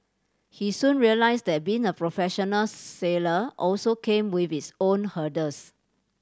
he soon realised that being a professional sailor also came with its own hurdles